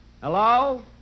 Hello